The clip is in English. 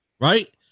right